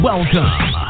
Welcome